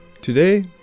Today